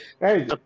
hey